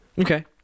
Okay